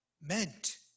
meant